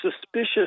suspicious